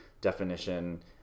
definition